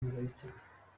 mpuzabitsina